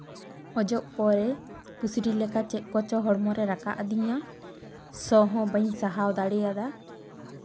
ᱚᱡᱚᱜ ᱯᱚᱨᱮ ᱯᱩᱥᱨᱤ ᱞᱮᱠᱟ ᱪᱮᱫ ᱠᱚᱪᱚ ᱦᱚᱲᱢᱚᱨᱮ ᱨᱟᱠᱟᱵ ᱟᱫᱤᱧᱟ ᱥᱚ ᱦᱚᱸ ᱵᱟᱹᱧ ᱥᱟᱦᱟᱣ ᱫᱟᱲᱮᱭᱟᱫᱟ